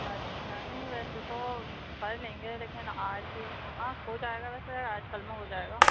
اچھا نہیں ویسے تو کر لیں گے لیکن آج ہاں ہو جائے گا ویسے آج کل میں ہو جائے گا